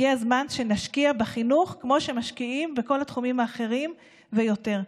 הגיע הזמן שנשקיע בחינוך כמו שמשקיעים בכל התחומים האחרים ויותר.